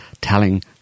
telling